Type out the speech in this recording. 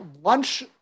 lunch